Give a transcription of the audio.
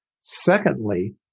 Secondly